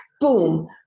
boom